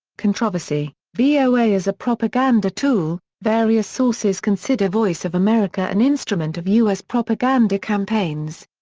controversy voa as a propaganda tool various sources consider voice of america an instrument of us propaganda campaigns.